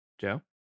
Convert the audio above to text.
Joe